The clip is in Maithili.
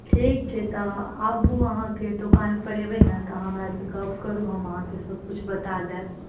ठीक छै तऽ आबु आहाँकेँ दोकान पर अयबै नहि तऽ हमरा सऽ गप्प करू हम आहाँके सबकिछु बता देब